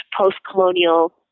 post-colonial